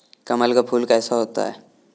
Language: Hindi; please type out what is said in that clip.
कमल का फूल कैसा होता है?